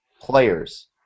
players